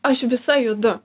aš visa judu